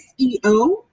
SEO